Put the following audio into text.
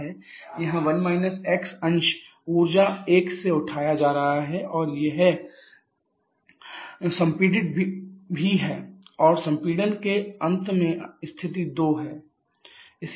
यहाँ अंश ऊर्जा 1 से उठाया जा रहा है और यह संपीड़ित भी है और संपीड़न के अंत में स्थिति 2 है